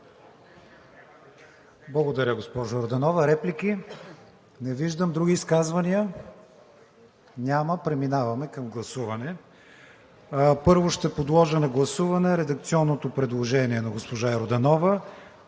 Благодаря, госпожо Йорданова. Реплики? Не виждам. Други изказвания? Няма. Преминаваме към гласуване. Първо ще подложа на гласуване редакционното предложение на госпожа Йорданова